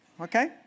okay